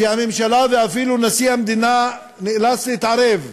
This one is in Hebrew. שהממשלה, ואפילו נשיא המדינה נאלץ להתערב,